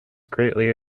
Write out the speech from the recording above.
greatly